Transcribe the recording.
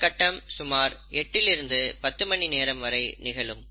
இந்தக் கட்டம் சுமார் 8லிருந்து 10 மணி நேரம் வரை நிகழும்